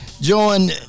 join